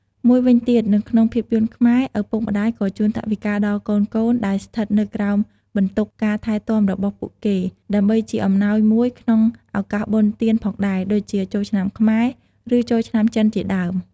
មួយវិញទៀត នៅក្នុងភាពយន្តខ្មែរ ឪពុកម្ដាយក៏ជូនថវិកាដល់កូនៗដែលស្ថិតនៅក្រោមបន្ទុកការថែទាំរបស់ពួកគេ ដើម្បីជាអំណោយមួយក្នុងឱកាសបុណ្យទាន ផងដែរ ដូចជា ចូលឆ្នាំខ្មែរ ឬ ចូលឆ្នាំចិនជាដើម។